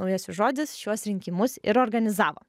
naujasis žodis šiuos rinkimus ir organizavo